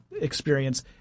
experience